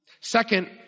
Second